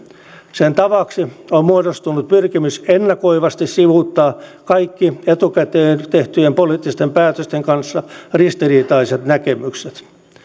sen tavaksi on muodostunut pyrkimys ennakoivasti sivuuttaa kaikki etukäteen tehtyjen poliittisten päätösten kanssa ristiriitaiset näkemykset